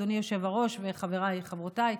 אדוני היושב-ראש וחבריי וחברותיי,